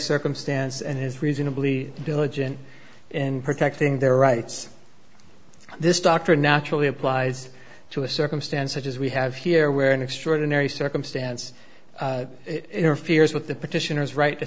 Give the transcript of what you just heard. circumstance and is reasonably diligent in protecting their rights this doctor naturally applies to a circumstance such as we have here where an extraordinary circumstance interferes with the petitioners ri